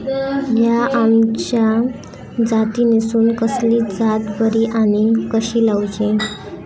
हया आम्याच्या जातीनिसून कसली जात बरी आनी कशी लाऊची?